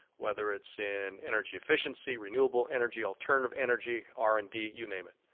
whether it's in energy efficiency, renewable energy alternative energy, r and d, you name it.